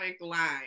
line